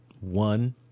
One